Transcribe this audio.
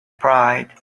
pride